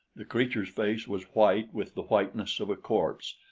the creature's face was white with the whiteness of a corpse,